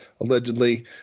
allegedly